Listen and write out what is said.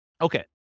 Okay